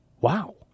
Wow